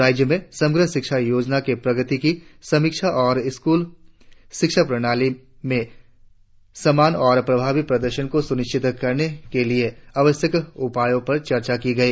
राज्य में समग्र शिक्षा योजना के प्रगति की समीक्षा और स्कूल शिक्षा प्रणाली में समान और प्रभावी प्रदर्शन को सुनिश्चित करने के लिए आवश्यक उपायों पर चर्चा की गई